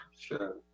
Sure